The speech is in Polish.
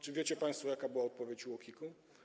Czy wiecie państwo, jaka była odpowiedź UOKiK-u?